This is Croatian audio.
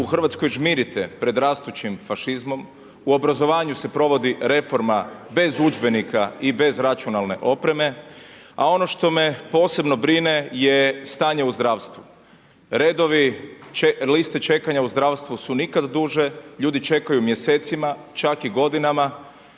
U Hrvatskoj žmirite pred rastućim fašizmom, u obrazovanju se provodi reforma bez udžbenika i bez računalne opreme. A ono što me posebno brine je stanje u zdravstvu. Redovi, liste čekanja u zdravstvu su nikad duže, ljudi čekaju mjesecima, čak i godinama,